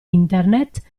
internet